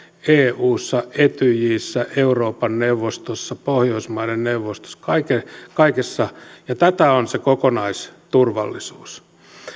eussa etyjissä euroopan neuvostossa pohjoismaiden neuvostossa kaikessa kaikessa ja tätä on se kokonaisturvallisuus